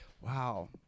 Wow